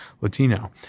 Latino